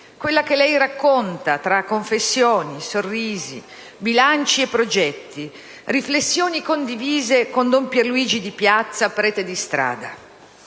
quella che lei racconta tra confessioni, sorrisi, bilanci e progetti, riflessioni condivise con don Pierluigi Di Piazza, prete di strada,